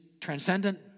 transcendent